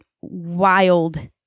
wild